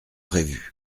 prévus